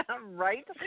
Right